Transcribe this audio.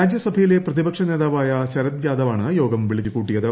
രാജ്യസഭയിലെ പ്രതിപക്ഷ നേതാവായ ശരത് യാദവാണ് യോഗം വിളിച്ച് കൂട്ടിയത്